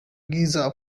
giza